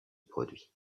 produit